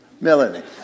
Melanie